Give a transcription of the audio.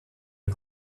the